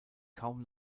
kaum